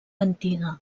antiga